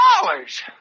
dollars